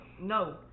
No